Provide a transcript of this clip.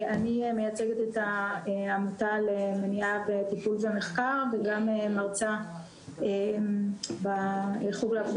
אני מייצגת את העמותה למניעה וטיפול ומחקר וגם מרצה בחוג לעבודה